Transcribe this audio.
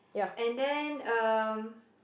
and then um